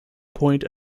point